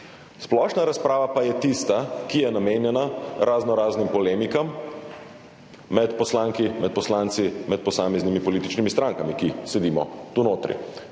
Splošna razprava pa je tista, ki je namenjena raznoraznim polemikam med poslankami, med poslanci, med posameznimi političnimi strankami, ki sedimo tu notri.